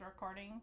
recording